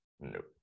nope